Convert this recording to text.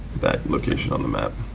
that location on the map.